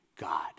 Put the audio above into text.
God